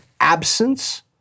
absence